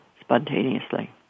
spontaneously